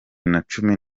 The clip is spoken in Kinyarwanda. nacumi